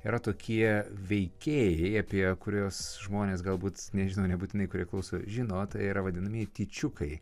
yra tokie veikėjai apie kuriuos žmonės galbūt nežino nebūtinai kurie klauso žino tai yra vadinamieji tyčiukai